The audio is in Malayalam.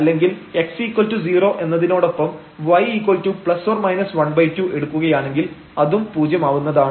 അല്ലെങ്കിൽ x0 എന്നതിനോടൊപ്പം y±12 എടുക്കുകയാണെങ്കിൽ അതും പൂജ്യമാവുന്നതാണ്